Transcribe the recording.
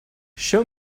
show